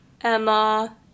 Emma